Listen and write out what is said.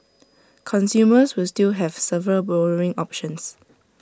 consumers will still have several borrowing options